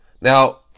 Now